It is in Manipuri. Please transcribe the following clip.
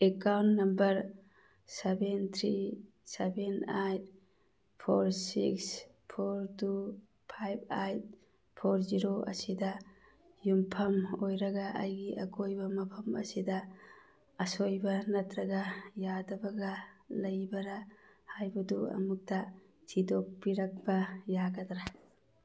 account number seven three seven eight four six four two five eight four zero ꯑꯁꯤꯗ ꯌꯨꯝꯐꯝ ꯑꯣꯏꯔꯒ ꯑꯩꯒꯤ ꯑꯀꯣꯏꯕ ꯃꯐꯝ ꯑꯁꯤꯗ ꯑꯁꯣꯏꯕ ꯅꯠꯇ꯭ꯔꯒ ꯌꯥꯗꯕꯒ ꯂꯩꯕꯔꯥ ꯍꯥꯏꯕꯗꯨ ꯑꯃꯨꯛꯇ ꯊꯤꯗꯣꯛꯄꯤꯔꯛꯄ ꯌꯥꯒꯗ꯭ꯔꯥ